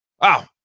Wow